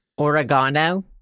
Oregano